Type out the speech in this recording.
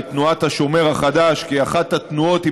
את תנועת השומר החדש כאחת התנועות עם